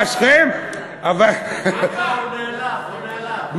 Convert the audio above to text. אה, שכם, אבל, לא, הוא נעלב, הוא נעלב.